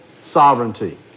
sovereignty